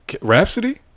Rhapsody